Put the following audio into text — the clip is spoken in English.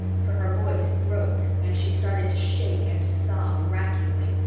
for her voice broke and she started to shake and to sob rackingly,